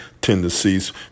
tendencies